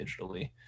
digitally